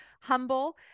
humble